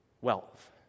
wealth